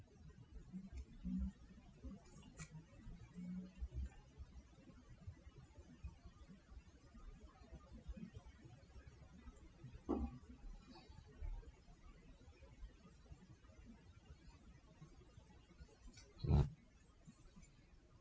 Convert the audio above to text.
mm